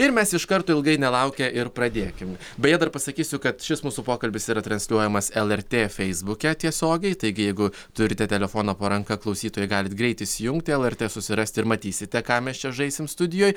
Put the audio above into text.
ir mes iš kart ilgai nelaukę ir pradėkim beje dar pasakysiu kad šis mūsų pokalbis yra transliuojamas lrt feisbuke tiesiogiai taigi jeigu turite telefoną po ranka klausytojai galit greit įsijungti lrt susirasti ir matysite ką mes čia žaisim studijoj